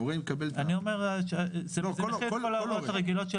ההורה --- אלו ההוראות הרגילות של